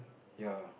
ya